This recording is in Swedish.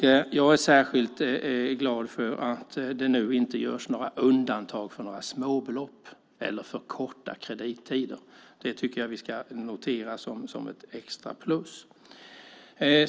Jag är särskilt glad för att det nu inte görs några undantag för småbelopp eller för korta kredittider. Det tycker jag att vi ska notera som ett extra plus.